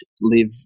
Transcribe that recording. live